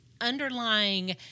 underlying